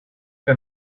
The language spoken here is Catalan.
que